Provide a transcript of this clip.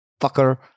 fucker